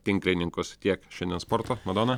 tinklininkus tiek šiandien sporto madona